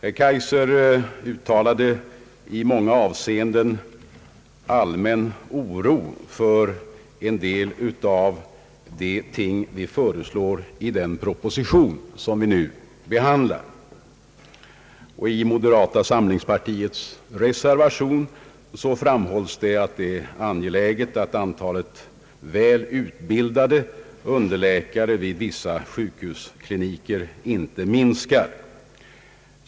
Herr Kaijser uttalade i många avseenden allmän oro för en del av de ting vi föreslår i propositionen. I moderata samlingspartiets reservation framhålles att det är angeläget att antalet väl utbildade underläkare vid vissa sjukhuskliniker inte minskar.